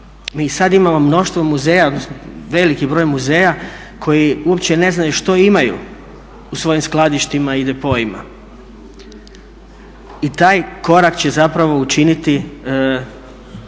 Mi sada imamo mnoštvo muzeja odnosno veliki broj muzeja koji uopće ne znaju što imaju u svojim skladištima i depoima. I taj korak će zapravo učiniti,